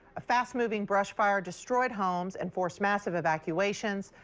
a fast moving brush fire destroyed homes and forced massive evacuations.